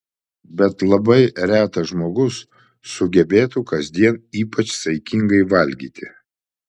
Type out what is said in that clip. bet labai retas žmogus sugebėtų kasdien ypač saikingai valgyti